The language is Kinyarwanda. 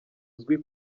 uzwi